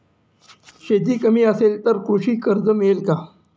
शेती कमी असेल तर कृषी कर्ज मिळेल का?